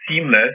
seamless